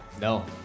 no